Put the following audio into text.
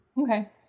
Okay